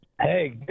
Hey